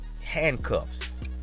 handcuffs